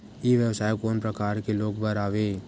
ई व्यवसाय कोन प्रकार के लोग बर आवे?